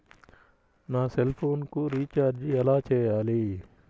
నా సెల్ఫోన్కు రీచార్జ్ ఎలా చేయాలి?